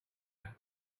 you